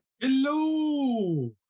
Hello